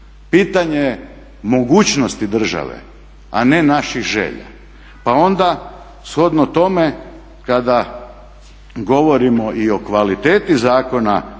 Pitanje mogućnosti države a ne naših želja. Pa onda shodno tome kada govorimo i o kvaliteti zakona